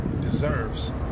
deserves